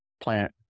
plant